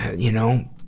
you know,